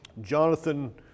Jonathan